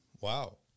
wow